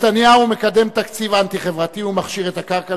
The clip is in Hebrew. נתניהו מקדם תקציב אנטי-חברתי ומכשיר את הקרקע